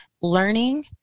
learning